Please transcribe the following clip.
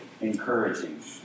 encouraging